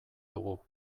dugu